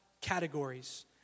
categories